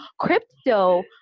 crypto